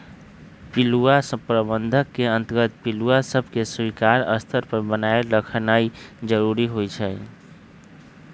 पिलुआ प्रबंधन के अंतर्गत पिलुआ सभके स्वीकार्य स्तर पर बनाएल रखनाइ जरूरी होइ छइ